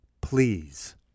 Please